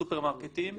הסופרמרקטים,